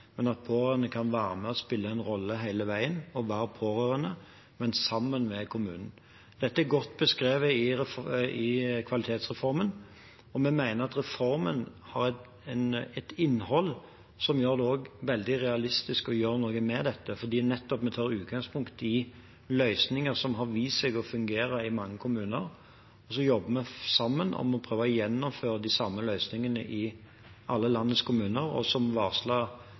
men at pårørende kan være med og spille en rolle hele veien, men sammen med kommunen. Dette er godt beskrevet i kvalitetsreformen, og vi mener at reformen har et innhold som gjør det veldig realistisk å gjøre noe med dette, fordi vi tar utgangspunkt i løsninger som har vist seg å fungere i mange kommuner. Så jobber vi sammen om å prøve å gjennomføre de samme løsningene i alle landets kommuner. Og som